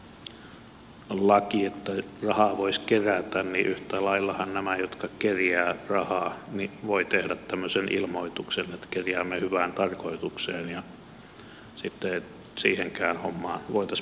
jos olisi tämmöinen salliva laki että rahaa voisi kerätä niin yhtä laillahan nämä jotka kerjäävät rahaa voivat tehdä tämmöisen ilmoituksen että kerjäämme hyvään tarkoitukseen ja sitten siihenkään hommaan ei voitaisi puuttua